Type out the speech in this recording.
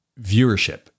viewership